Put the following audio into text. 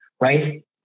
right